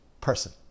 person